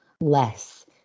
less